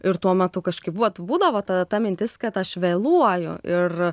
ir tuo metu kažkaip vat būdavo tada ta mintis kad aš vėluoju ir